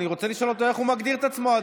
אני רוצה לשאול אותו איך הוא עדיין מגדיר את עצמו.